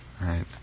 right